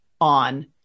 on